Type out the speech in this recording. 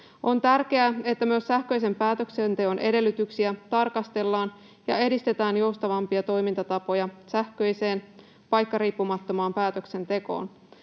On tärkeää, että myös sähköisen päätöksenteon edellytyksiä tarkastellaan ja edistetään joustavampia toimintatapoja sähköiseen paikkariippumattomaan päätöksentekoon.